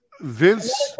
Vince